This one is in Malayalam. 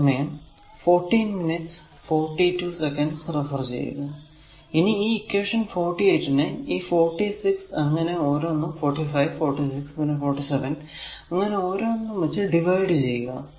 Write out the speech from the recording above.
ഇനി ഈ ഇക്വേഷൻ 48 നെ ഈ 46 അങ്ങനെ ഓരോന്നും 45 46 പിന്നെ 47 അങ്ങനെ ഓരോന്നും വച്ച് ഡിവൈഡ് ചെയ്യുക